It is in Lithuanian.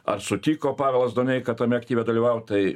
ar sutiko pavelas doneika tame aktyve dalyvauti tai